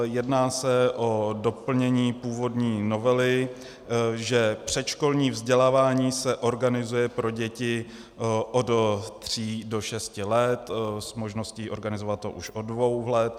Jedná se o doplnění původní novely, že předškolní vzdělávání se organizuje pro děti od 3 do 6 let s možností organizovat to už od 2 let.